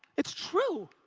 it's true.